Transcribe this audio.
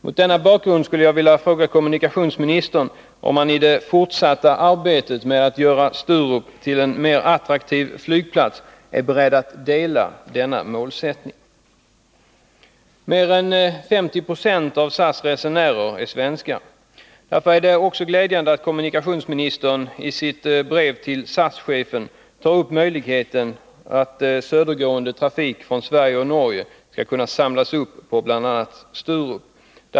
Mot denna bakgrund skulle jag vilja fråga kommunikationsministern om han i det fortsatta arbetet med att göra Sturup till en mer attraktiv flygplats är beredd att ansluta sig till denna målsättning. Mer än 50 90 av SAS resenärer är svenskar. Därför är det också glädjande att kommunikationsministern i sitt brev till SAS-chefen berör möjligheten att södergående trafik från Sverige och Norge samlas upp på bl.a. Sturup.